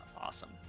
awesome